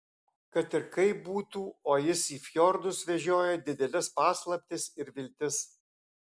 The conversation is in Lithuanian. kad ir kaip būtų o jis į fjordus vežioja dideles paslaptis ir viltis